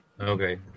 Okay